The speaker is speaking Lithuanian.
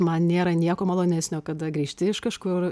man nėra nieko malonesnio kada grįžti iš kažkur